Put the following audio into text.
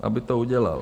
Aby to udělal.